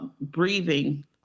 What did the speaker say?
breathing